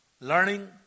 learning